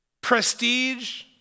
prestige